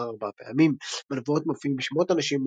מוזכר ארבע פעמים; בנבואות מופיעים שמות אנשים